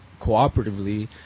cooperatively